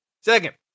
Second